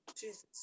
Jesus